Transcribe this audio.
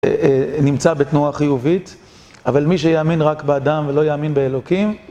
נמצא בתנועה חיובית אבל מי שיאמין רק באדם ולא יאמין באלוקים